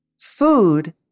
food